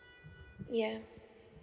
yeah